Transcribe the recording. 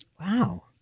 Wow